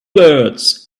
words